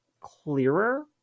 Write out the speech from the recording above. clearer